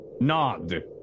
Nod